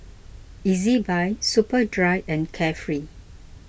Ezbuy Superdry and Carefree